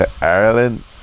Ireland